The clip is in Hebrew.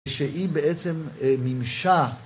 שהיא בעצם מימשה